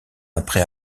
après